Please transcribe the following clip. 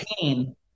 Pain